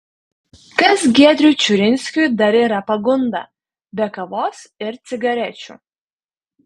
kas giedriui čiurinskui dar yra pagunda be kavos ir cigarečių